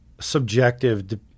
subjective